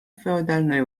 феодальної